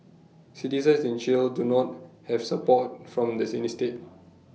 citizens in Chile do not have support from does in neat state